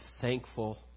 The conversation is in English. thankful